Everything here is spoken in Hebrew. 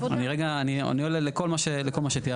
אני עונה לכל מה שתיארת.